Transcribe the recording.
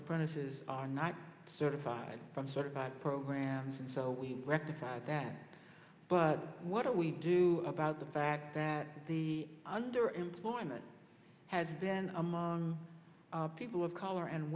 apprentices are not certified from certified programs and so we rectified that but what we do about the fact that the under employment has been among people of color and